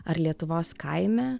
ar lietuvos kaime